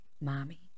mommy